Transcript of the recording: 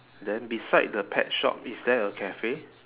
then beside the pet shop is there a cafe